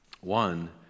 One